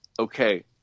Okay